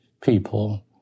people